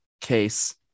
case